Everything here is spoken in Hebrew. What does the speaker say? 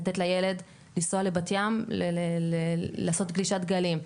לתת לילד לנסוע לבת ים לעשות גלישת גלים,